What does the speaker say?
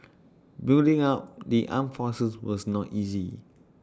building up the armed forces was not easy